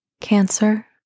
cancer